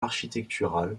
architecturale